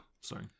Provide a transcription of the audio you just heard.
Sorry